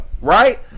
right